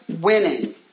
winning